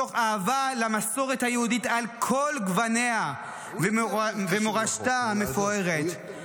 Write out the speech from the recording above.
מתוך אהבה למסורת היהודית על כל גווניה ומורשתה המפוארת.